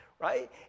right